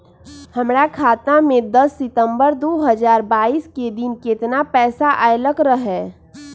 हमरा खाता में दस सितंबर दो हजार बाईस के दिन केतना पैसा अयलक रहे?